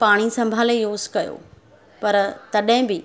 पाणी संभाले यूस कयो पर तॾहिं बि